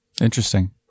Interesting